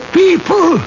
people